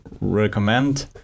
recommend